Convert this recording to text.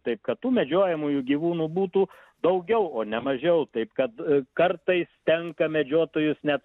taip kad tų medžiojamųjų gyvūnų būtų daugiau o ne mažiau taip kad kartais tenka medžiotojus net